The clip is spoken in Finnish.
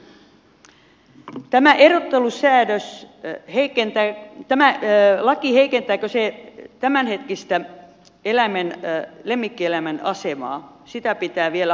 heikentääkö tämä laki tämänhetkistä lemmikkieläimen asemaa sitä pitää vielä harkita